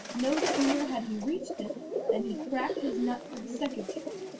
no sooner had he reached it than he cracked his nut for the second time,